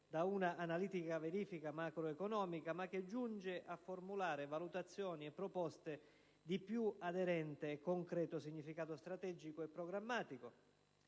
da un'analitica verifica macroeconomica, ma che giunge a formulare valutazioni e proposte di più aderente e concreto significato strategico e programmatico.